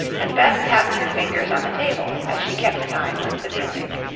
and beth tapped her fingers on the table as she kept time with the music.